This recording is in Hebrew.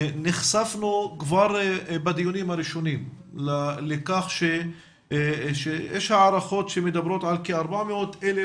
נחשפנו כבר בדיונים הראשונים לכך שיש הערכות שמדברות על כ-400,000